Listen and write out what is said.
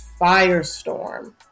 firestorm